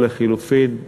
או לחלופין,